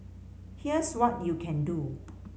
here's what you can do